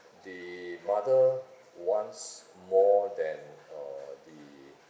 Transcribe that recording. the mother wants more than err the